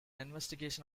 investigation